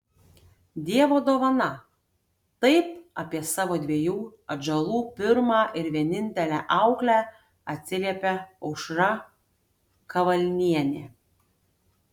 dievo dovana taip apie savo dviejų atžalų pirmą ir vienintelę auklę atsiliepia aušra kavalnienė